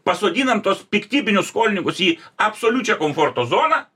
pasodinam tuos piktybinius skolininkus į absoliučią komforto zoną